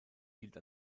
gilt